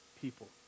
people